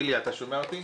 איליה, אתה שומע אותי?